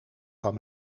van